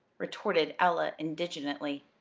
retorted ella indignantly.